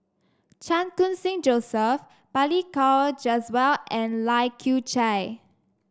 Chan Khun Sing Joseph Balli Kaur Jaswal and Lai Kew Chai